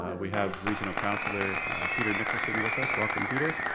ah we have regional counselor peter nicholson with us, welcome peter,